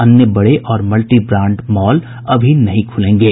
अन्य बड़े और मल्टीब्रांड मॉल अभी नहीं खुलेंगे